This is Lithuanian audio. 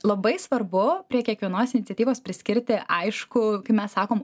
labai svarbu prie kiekvienos iniciatyvos priskirti aišku kai mes sakom